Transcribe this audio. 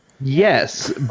Yes